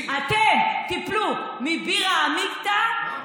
אתם תיפלו מבירא עמיקתא,